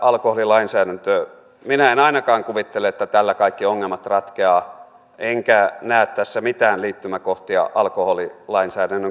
minä en ainakaan kuvittele että tällä kaikki ongelmat ratkeavat enkä näe tässä mitään liittymäkohtia alkoholilainsäädännön kokonaisuudistukseen